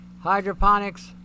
hydroponics